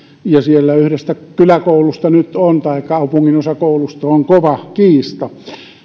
siellä yhdestä kyläkoulusta tai kaupunginosakoulusta nyt on kova kiista